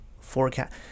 forecast